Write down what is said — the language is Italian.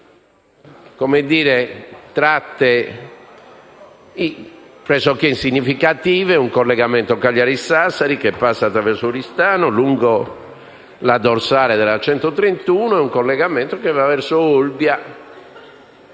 che conta tratte pressoché insignificanti: un collegamento Cagliari-Sassari che passa attraverso Oristano, lungo la dorsale della strada statale 131, e un collegamento che va verso Olbia